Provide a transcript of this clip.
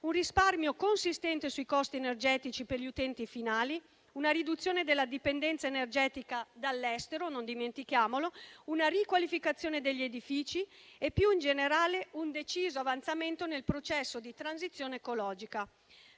un risparmio consistente sui costi energetici per gli utenti finali; una riduzione della dipendenza energetica dall'estero - non dimentichiamolo - una riqualificazione degli edifici e, più in generale, un deciso avanzamento nel processo di transizione ecologica.